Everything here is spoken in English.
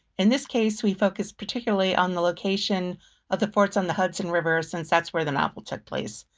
in this case, we focused particularly on the location of the forts on the hudson river since that's where the novel took place.